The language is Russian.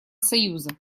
союза